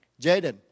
Jaden